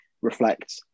Reflect